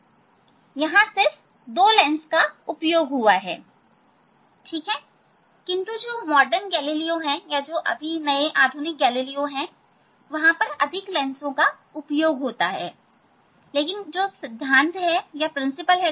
एक सरल दूरबीन है यहां सिर्फ दो लेंस का उपयोग हुआ है किंतु आधुनिक गैलिलिओ में अधिक लेंस का संयोजन होता है परंतु सिद्धांत समान है